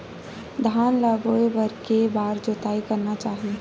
धान ल बोए बर के बार जोताई करना चाही?